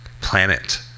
Planet